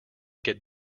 get